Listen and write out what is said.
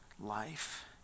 life